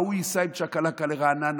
ההוא ייסע עם צ'קלקה לרעננה,